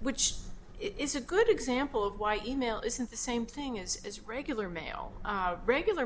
which is a good example of why e mail isn't the same thing as is regular mail regular